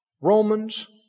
Romans